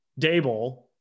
Dable